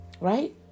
Right